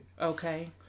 Okay